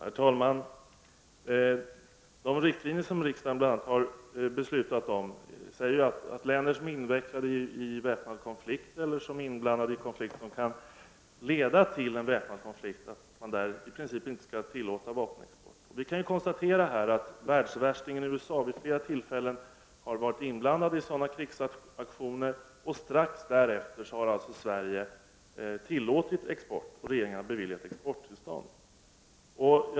Herr talman! De riktlinjer som riksdagen bl.a. har beslutat om säger att vapenexport i princip inte skall tillåtas till länder som är invecklade i väpnad konflikt eller är inblandade i konflikt som kan leda till väpnad konflikt. Vi kan konstatera att ”världsvärstingen” USA vid flera tillfällen har varit inblandad i sådana krigsaktioner och att Sverige strax därefter har tillåtit export och regeringen har beviljat exporttillstånd.